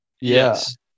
Yes